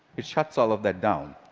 it shuts all of that down.